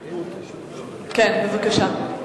בבקשה.